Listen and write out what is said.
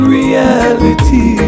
reality